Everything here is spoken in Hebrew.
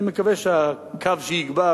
ואני מקווה שהקו שיגבר